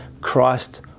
Christ